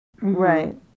Right